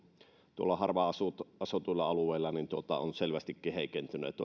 tuolla harvaan asutuilla asutuilla alueilla ovat selvästikin heikentyneet